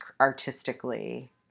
artistically